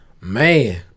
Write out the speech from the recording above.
man